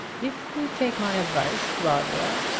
if you take my advice, rodwell,